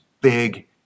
big